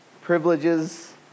privileges